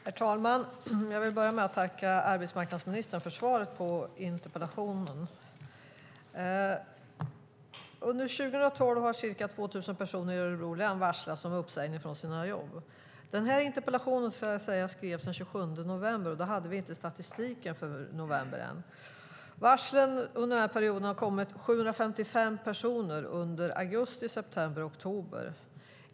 Herr talman! Jag vill börja med att tacka arbetsmarknadsministern för svaret på interpellationen. Under 2012 har ca 2 000 personer i Örebro län varslats om uppsägning från sina jobb. Den här interpellationen skrevs den 27 november, och då hade vi inte statistiken för november än. Under denna period har 755 personer varslats, i augusti, september och oktober.